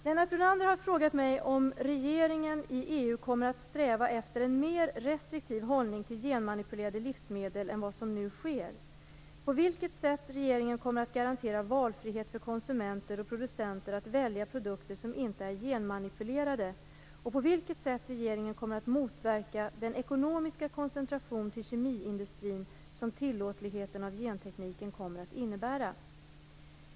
Lennart Brunander har frågat mig om regeringen i EU kommer att sträva efter en mer restriktiv hållning till genmanipulerade livsmedel än den som nu finns, på vilket sätt regeringen kommer att garantera valfrihet för konsumenter och producenter när det gäller att välja produkter som inte är genmanipulerade och på vilket sätt regeringen kommer att motverka den ekonomiska koncentration till kemiindustrin som tillåtligheten av gentekniken kommer att innebära.